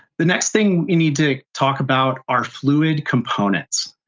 the next thing you need to talk about are fluid components.